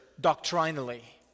doctrinally